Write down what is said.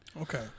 Okay